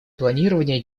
планирования